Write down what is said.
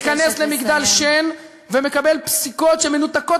שמתכנס למגדל השן ומקבל פסיקות שמנותקות